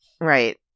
Right